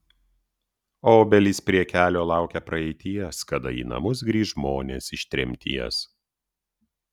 obelys prie kelio laukia praeities kada į namus grįš žmonės iš tremties